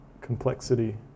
complexity